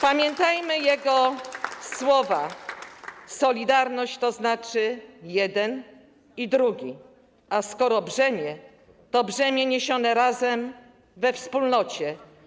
Pamiętajmy jego słowa: „Solidarność - to znaczy: jeden i drugi, a skoro brzemię, to brzemię niesione razem, we wspólnocie.